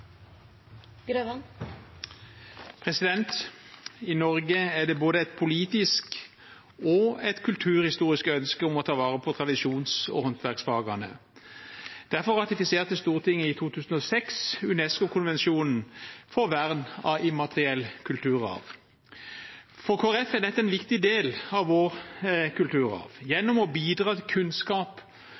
det både et politisk og et kulturhistorisk ønske om å ta vare på tradisjons- og håndverksfagene. Derfor ratifiserte Stortinget i 2006 UNESCO-konvensjonen for vern av immateriell kulturarv. For Kristelig Folkeparti er dette en viktig del av vår kulturarv. Gjennom å bidra til kunnskap